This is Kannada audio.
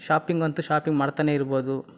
ಶಾಪಿಂಗ್ ಅಂತೂ ಶಾಪಿಂಗ್ ಮಾಡ್ತನೇ ಇರ್ಬೋದು